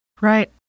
Right